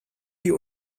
die